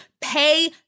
Pay